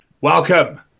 Welcome